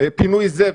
פינוי זבל,